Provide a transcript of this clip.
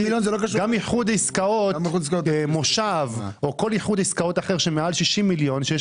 גם מושב או כל איחוד עסקאות אחר שהוא מעל 60 מיליון שקל,